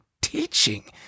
teaching